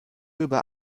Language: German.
über